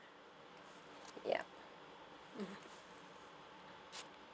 yup mmhmm